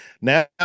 Now